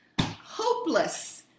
hopeless